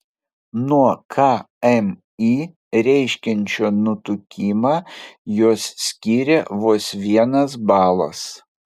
nuo kmi reiškiančio nutukimą juos skiria vos vienas balas